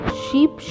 sheep